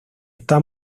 está